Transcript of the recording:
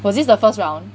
was this the first round